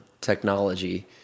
technology